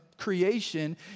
creation